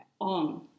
on